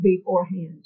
beforehand